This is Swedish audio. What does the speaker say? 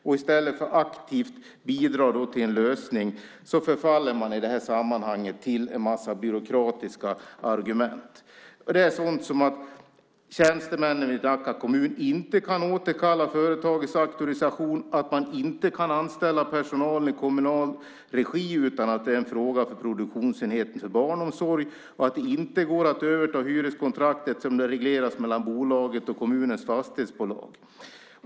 I stället för att aktivt bidra till en lösning förfaller man i detta sammanhang till en massa byråkratiska argument, såsom att tjänstemännen i Nacka kommun inte kan återkalla företagets auktorisation, att man inte kan anställa personalen i kommunal regi utan att det är en fråga för produktionsenheten för barnomsorg och att det inte går att överta hyreskontraktet eftersom det har reglerats mellan bolaget och kommunens fastighetsbolag.